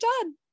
done